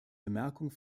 bemerkung